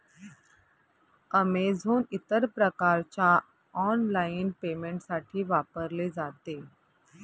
Amazon इतर प्रकारच्या online पेमेंटसाठी वापरले जाते